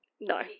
No